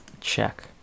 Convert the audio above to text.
check